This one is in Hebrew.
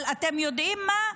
אבל אתם יודעים מה,